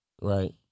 Right